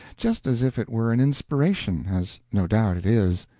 just as if it were an inspiration, as no doubt it is,